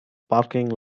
parking